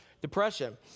depression